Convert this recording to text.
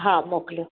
हा मोकलियो